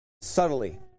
Subtly